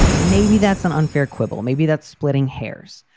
maybe that's an unfair quibble. maybe that's splitting hairs,